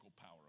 power